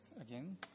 again